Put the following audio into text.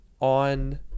On